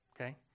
okay